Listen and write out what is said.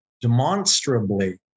demonstrably